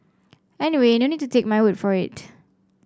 anyway no need to take my word for it